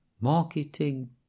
Marketing